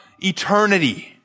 eternity